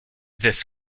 this